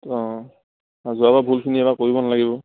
অঁ আৰু যোৱাবাৰ ভুলখিনি এইবাৰ কৰিব নালাগিব